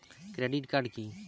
Credit card কি?